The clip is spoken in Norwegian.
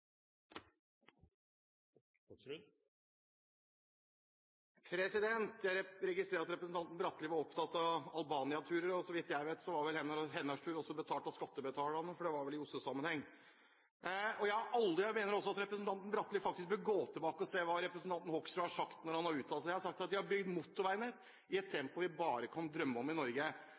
registrerer at representanten Bratli var opptatt av Albania-turer. Så vidt jeg vet var også hennes tur betalt av skattebetalerne, for det var vel i OSSE-sammenheng. Jeg mener også at representanten Bratli faktisk bør gå tilbake og se hva representanten Hoksrud har sagt når han har uttalt seg. Jeg har sagt at de har bygd motorveinett i et tempo vi bare kan drømme om i Norge.